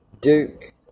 Duke